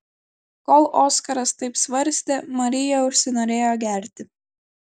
kol oskaras taip svarstė marija užsinorėjo gerti